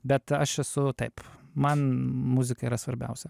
bet aš esu taip man muzika yra svarbiausia